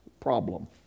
Problem